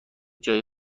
جای